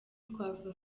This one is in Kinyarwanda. twavuga